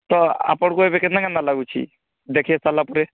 ତ ଆପଣଙ୍କୁ ଏବେ କେନ୍ତା କେନ୍ତା ଲାଗୁଛି ଦେଖେଇ ସାରିଲା ପରେ